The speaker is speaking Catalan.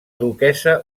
duquessa